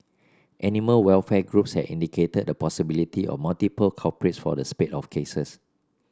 animal welfare groups had indicated the possibility of multiple culprits for the spate of cases